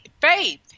faith